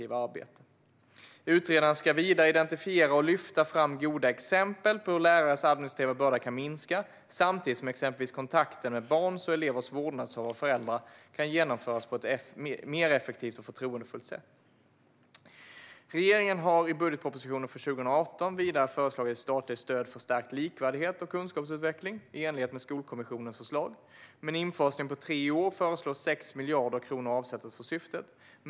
Utredaren ska vidare identifiera och lyfta fram goda exempel på hur lärares administrativa börda kan minska samtidigt som exempelvis kontakten med barns och elevers vårdnadshavare och föräldrar kan genomföras på ett mer effektivt och förtroendefullt sätt. Regeringen har i budgetpropositionen för 2018 vidare föreslagit ett statligt stöd för stärkt likvärdighet och kunskapsutveckling, i enlighet med Skolkommissionens förslag. Med en infasning på tre år föreslås 6 miljarder kronor avsättas för syftet.